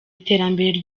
iterambere